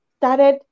started